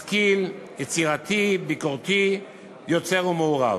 משכיל, יצירתי, ביקורתי, יוצר ומעורב".